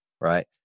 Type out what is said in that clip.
Right